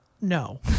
No